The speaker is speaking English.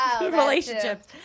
relationships